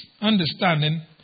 understanding